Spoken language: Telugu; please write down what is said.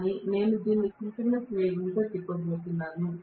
కానీ నేను దీన్ని సింక్రోనస్ వేగంతో తిప్పబోతున్నాను